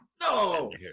No